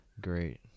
great